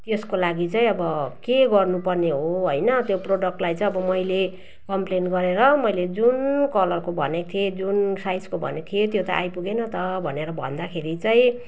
त्यसको लागि चाहिँ अब के गर्नु पर्ने हो होइन त्यो प्रडक्टलाई चाहिँ अब मैले कम्प्लेन गरेर मैले जुन कलरको भनेको थिएँ जुन साइजको भनेको थिएँ त्यो त आइपुगेन त भनेर भन्दाखेरि चाहिँ